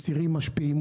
צירים משפיעים,